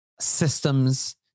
systems